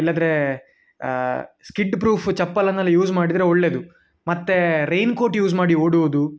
ಇಲ್ಲದ್ರೆ skid proof ಚಪ್ಪಲನ್ನೆಲ್ಲ use ಮಾಡಿದರೆ ಒಳ್ಳೆಯದು ಮತ್ತು ರೈನ್ಕೋಟ್ ಯೂಸ್ ಮಾಡಿ ಓಡುವುದು